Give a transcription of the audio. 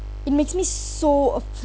it makes me so af~